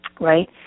right